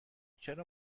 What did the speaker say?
چرا